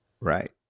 Right